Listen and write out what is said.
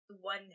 one